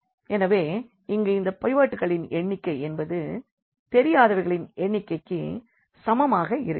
எனவே இங்கு பைவோட்களின் எண்ணிக்கை என்பது தெரியாதவைகளின் எண்ணிக்கைக்கு சமமாக இருக்கிறது